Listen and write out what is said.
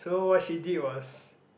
so what she did was